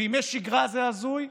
בימי שגרה זה הזוי,